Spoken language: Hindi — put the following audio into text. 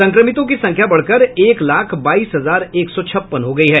संक्रमितों की संख्या बढ़कर एक लाख बाईस हजार एक सौ छप्पन हो गई है